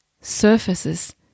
surfaces